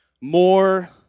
more